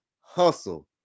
hustle